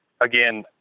again